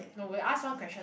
no we'll ask one question